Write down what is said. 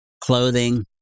clothing